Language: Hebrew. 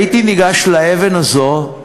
הייתי ניגש לאבן הזאת,